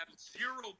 zero